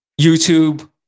YouTube